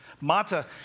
Mata